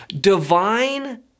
Divine